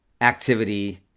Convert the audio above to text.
activity